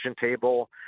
table